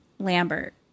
Lambert